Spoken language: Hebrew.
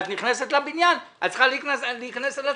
כשאת נכנסת לבניין את צריכה להיכנס על הצד.